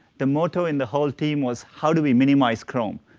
the motto in the whole team was how do we minimize chrome?